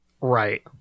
Right